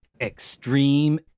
extreme